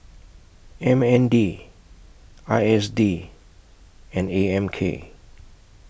M N D I S D and A M K